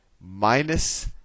minus